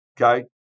okay